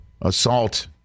assault